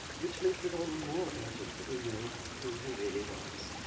which makes it all the more urgent that we know who he really was.